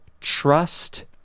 trust